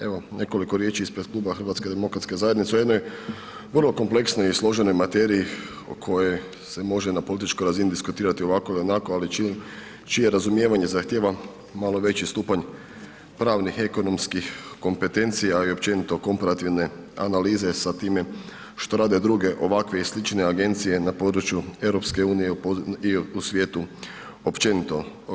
Evo nekoliko riječi ispred kluba HDZ-a o jednoj vrlo kompleksnoj i složenoj materiji o kojoj se može na političkoj razini diskutirati ovako ili onako, ali čije razumijevanje zahtijeva malo veći stupanj pravnih, ekonomskih kompetencija i općenito komparativne analize sa time što rade druge ovakve i slične agencije na području EU i u svijetu općenito.